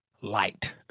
light